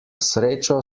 srečo